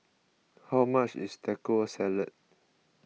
how much is Taco Salad